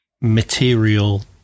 material